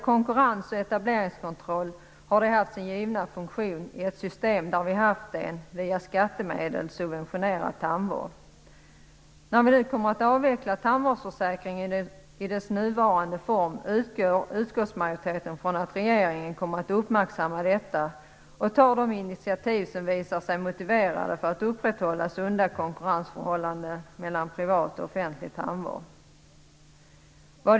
Konkurrens och etableringskontroll har haft sin givna funktion i ett system där vi har haft en, via skattemedel, subventionerad tandvård. När vi nu kommer att avveckla tandvårdsförsäkringen i dess nuvarande form, utgår utskottsmajoriteten från att regeringen kommer att uppmärksamma detta och tar de initiativ som visar sig motiverade för att upprätthålla sunda konkurrensförhållanden mellan privat och offentlig tandvård.